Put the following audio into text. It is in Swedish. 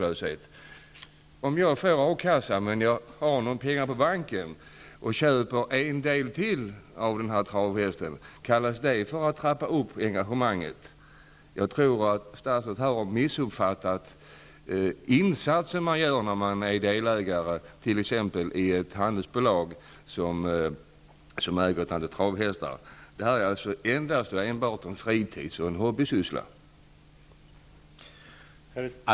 Jag får ersättning ur A-kassa och har en del pengar på banken och köper en del till i travhästen. Är det att trappa upp engagemanget? Jag tror att statsrådet har missuppfattat vilka insatser man gör som delägare i t.ex. ett handelsbolag som äger ett antal travhästar. Det är endast fråga om en fritids och hobbysyssla.